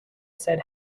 said